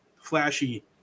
flashy